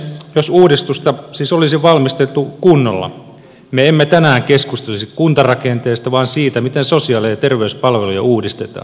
jos uudistusta siis olisi valmisteltu kunnolla me emme tänään keskustelisi kuntarakenteesta vaan siitä miten sosiaali ja terveyspalveluja uudistetaan